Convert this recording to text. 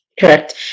correct